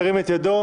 ירים את ידו.